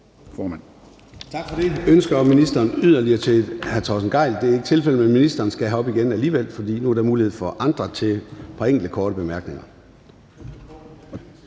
Tak for det.